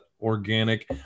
organic